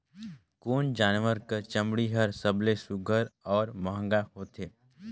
कोन जानवर कर चमड़ी हर सबले सुघ्घर और महंगा होथे?